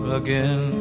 again